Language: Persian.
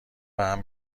بهم